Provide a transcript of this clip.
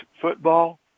football